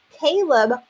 Caleb